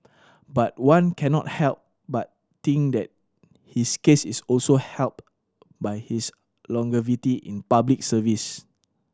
but one cannot help but think that his case is also helped by his longevity in Public Service